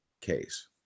case